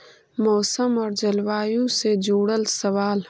मौसम और जलवायु से जुड़ल सवाल?